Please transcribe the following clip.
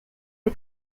the